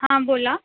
हां बोला